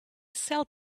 cell